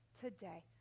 today